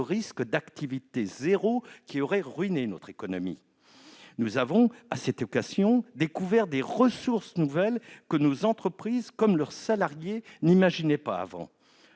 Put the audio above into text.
risque d'une « activité zéro » qui aurait ruiné notre économie. Nous avons, à cette occasion, découvert des ressources nouvelles que nos entreprises comme leurs salariés n'imaginaient pas auparavant.